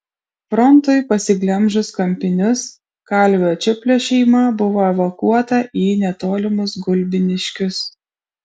frontui pasiglemžus kampinius kalvio čiuplio šeima buvo evakuota į netolimus gulbiniškius